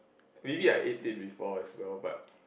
maybe I eat it before as well but